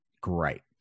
Great